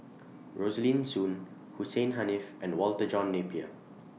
Rosaline Soon Hussein Haniff and Walter John Napier